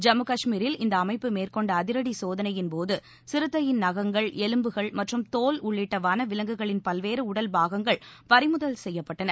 ஜம்மு கஷ்மீரில் இந்த அமைப்பு மேற்கொண்ட அதிரடி சோதனையின் போது சிறுத்தையின் நகங்கள் எலும்புகள் மற்றும் தோல் உள்ளிட்ட வன விஷங்குகளின் பல்வேறு உடல் பாகங்கள் பறிமுதல் செய்யப்பட்டன